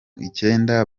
icyenda